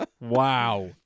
Wow